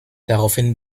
daraufhin